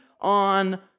On